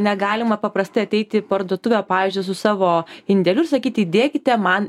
negalima paprastai ateiti į parduotuvę pavyzdžiui su savo indėliu ir sakyti įdėkite man